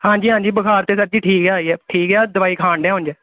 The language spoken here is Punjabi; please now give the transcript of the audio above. ਹਾਂਜੀ ਹਾਂਜੀ ਬੁਖਾਰ ਤਾਂ ਸਰ ਜੀ ਠੀਕ ਹੈ ਠੀਕ ਆ ਦਵਾਈ ਖਾਣਡਿਆਂ ਉਂਝ